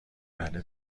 بله